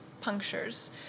punctures